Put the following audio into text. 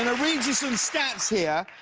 and read you some stats here.